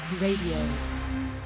Radio